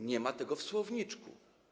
Nie ma tego w słowniczku.